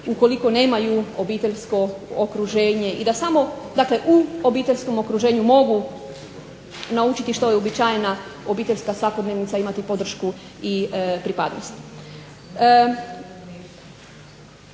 ukoliko nemaju obiteljsko okruženje i da samo dakle u obiteljskom okruženju mogu naučiti što je uobičajena obiteljska svakodnevica imati podršku i pripadnost.